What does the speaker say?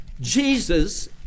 jesus